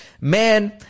man